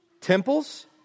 temples